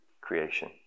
creation